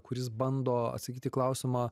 kuris bando atsakyt į klausimą